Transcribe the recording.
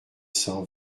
cent